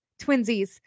Twinsies